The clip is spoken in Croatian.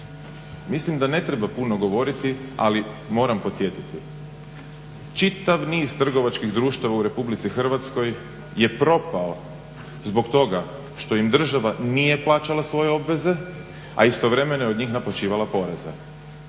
Mislim da ne treba puno govoriti ali moram podsjetiti, čitav niz trgovačkih društva u RH je propao zbog toga što im država nije plaćala svoje obveze, a istovremeno je od njih naplaćivala poreze.